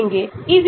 Aryl group 196